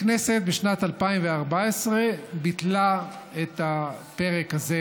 הכנסת, בשנת 2014, ביטלה את הפרק הזה,